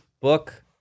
book